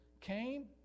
came